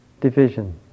division